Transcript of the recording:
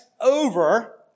over